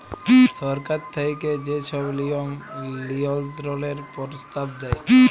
সরকার থ্যাইকে যে ছব লিয়ম লিয়ল্ত্রলের পরস্তাব দেয়